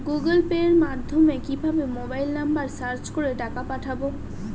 Google পের মাধ্যমে কিভাবে মোবাইল নাম্বার সার্চ করে টাকা পাঠাবো?